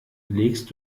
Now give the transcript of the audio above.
legst